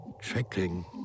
trickling